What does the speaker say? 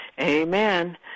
Amen